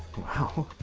wow.